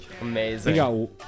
Amazing